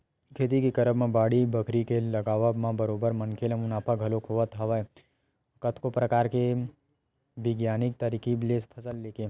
खेती के करब म बाड़ी बखरी के लगावब म बरोबर मनखे ल मुनाफा घलोक होवत हवय कतको परकार के बिग्यानिक तरकीब ले फसल लेके